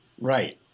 Right